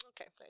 Okay